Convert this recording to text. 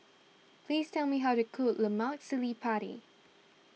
please tell me how to cook Lemak Cili Padi